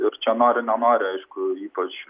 ir čia nori nenori aišku ypač